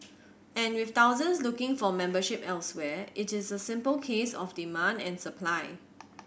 and with thousands looking for membership elsewhere it is a simple case of demand and supply